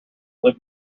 live